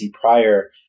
prior